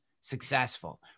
successful